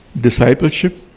Discipleship